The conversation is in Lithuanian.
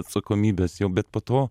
atsakomybės jau bet po to